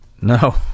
No